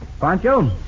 Pancho